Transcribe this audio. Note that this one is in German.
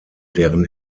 deren